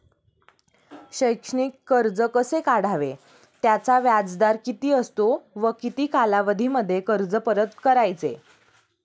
शैक्षणिक कर्ज कसे काढावे? त्याचा व्याजदर किती असतो व किती कालावधीमध्ये कर्ज परत करायचे?